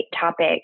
topic